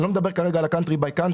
אני לא מדבר כרגע על country by country